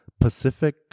Pacific